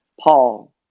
Paul